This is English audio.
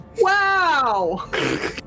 Wow